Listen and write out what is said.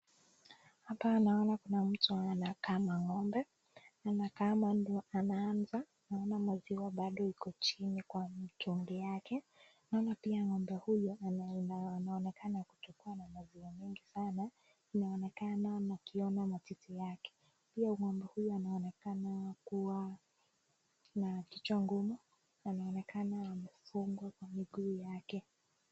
Hapa naona kuna mtu anakama ngombe, anakama ndio anaanza, naona maziwa bado iko chini kwa mtungi yake, naona pia ngombe huyu anaonekana kuchukua maziwa mingi sana, inaonekana maziwa yake. Pia ngombe huyu anaonekana kuwa na kichwa ngumu anaonekana amefungwa miguu yake.